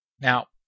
Now